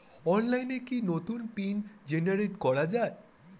অনলাইনে কি নতুন পিন জেনারেট করা যায়?